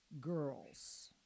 girls